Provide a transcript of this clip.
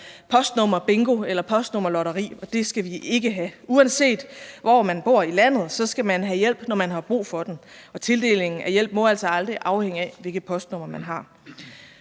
postnummerbingo eller postnummerlotteri, og det skal vi ikke have. Uanset hvor man bor i landet, skal man have hjælp, når man har brug for den, og tildelingen af hjælp må altså aldrig afhænge af, hvilket postnummer man har.